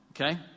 okay